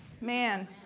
Man